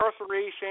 incarceration